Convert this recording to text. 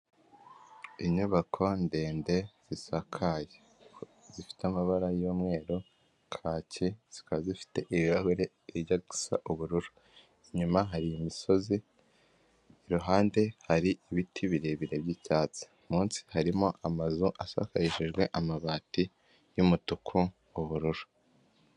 Inyubako ndende zisakaye zifite amabara y'umweru, kake zikaba zifite ibirahure bijya gusa ubururu, inyuma hari imisozi iruhande hari ibiti birebire by'icyatsi munsi harimo amazu asakajwe amabati y'umutuku, ubururu.